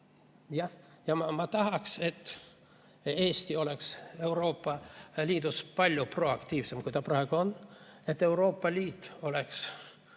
Ma tahaks, et Eesti oleks Euroopa Liidus palju proaktiivsem, kui ta praegu on. Et Euroopa Liit